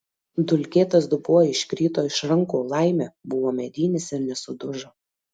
dulkėtas dubuo iškrito iš rankų laimė buvo medinis ir nesudužo